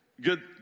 good